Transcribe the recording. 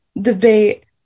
debate